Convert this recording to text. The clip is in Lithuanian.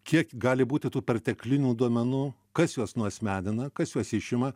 kiek gali būti tų perteklinių duomenų kas juos nuasmenina kas juos išima